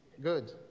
Good